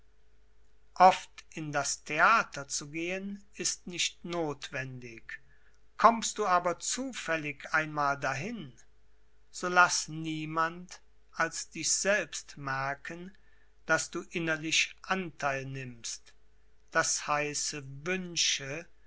oft in das theater zu gehen ist nicht nothwendig kommst du aber zufällig einmal dahin so laß niemand als dich selbst merken daß du innerlich antheil nimmst d h wünsche